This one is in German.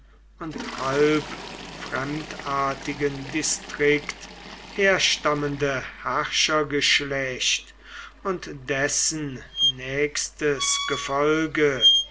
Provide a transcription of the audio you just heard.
und halb fremdartigen distrikt herstammende herrschergeschlecht und dessen nächstes gefolge